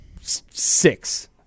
six